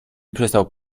przestał